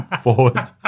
forward